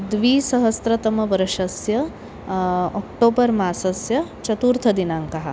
द्विसहस्रतमवर्षस्य अक्टोबर् मासस्य चतुर्थदिनाङ्कः